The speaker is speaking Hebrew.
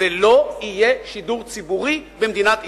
ולא יהיה שידור ציבורי במדינת ישראל.